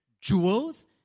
jewels